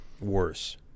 worse